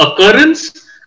occurrence